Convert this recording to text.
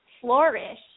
flourish